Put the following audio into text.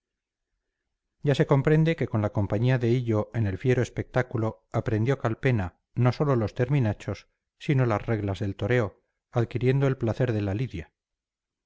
ya se comprende que con la compañía de hillo en el fiero espectáculo aprendió calpena no sólo los terminachos sino las reglas del toreo adquiriendo el placer de la lidia